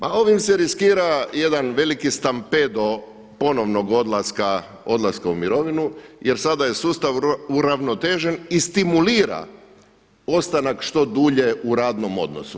Pa ovim se riskira jedan veliki stampedo ponovnog odlaska u mirovinu jer sada je sustav uravnotežen i stimulira ostanak što dulje u radnom odnosu.